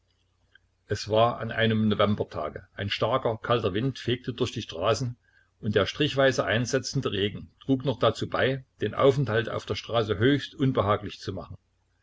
es war an einem novembertage ein starker kalter wind fegte durch die straßen und der strichweise einsetzende regen trug noch dazu bei den aufenthalt auf der straße höchst unbehaglich zu machen